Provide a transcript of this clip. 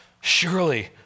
surely